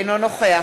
אינו נוכח